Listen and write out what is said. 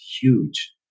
huge